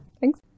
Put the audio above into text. Thanks